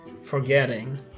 forgetting